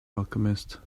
alchemist